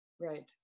Right